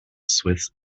swiss